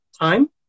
time